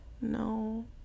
no